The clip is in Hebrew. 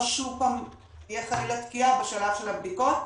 שוב פעם תהיה חלילה תקיעה בשלב של הבדיקות.